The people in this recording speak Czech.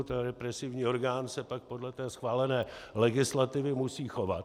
Ten represivní orgán se pak podle schválené legislativy musí chovat.